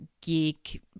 geek